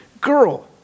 girl